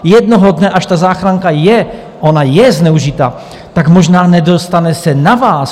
Jednoho dne, až ta záchranka je zneužitá, tak se možná nedostane na vás.